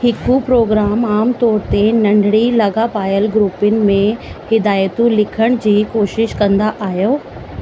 हिकु प्रोग्राम आमतौर ते नंढड़ी लागापियल ग्रुपनि में हिदायतूं लिखण जे कोशिश कंदो आहियो